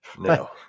No